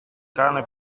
cane